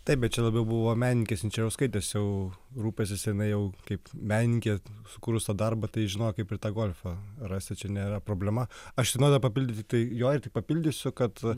taip bet čia labiau buvo menininkės inčiriauskaitės jau rūpestis jinai jau kaip menininkė sukūrus tą darbą tai žinojo kaip ir tą golfą rasti čia nėra problema aš tik noriu dar papildyti tai jorį tik papildysiu kad